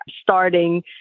starting